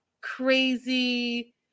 crazy